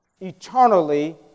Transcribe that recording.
eternally